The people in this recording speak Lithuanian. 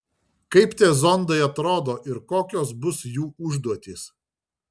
kaip tie zondai atrodo ir kokios bus jų užduotys